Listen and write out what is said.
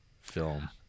film